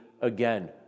again